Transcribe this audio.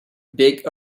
big